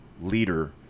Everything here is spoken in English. leader